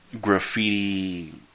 graffiti